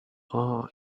all